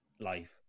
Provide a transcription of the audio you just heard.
life